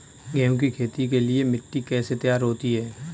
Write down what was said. गेहूँ की खेती के लिए मिट्टी कैसे तैयार होती है?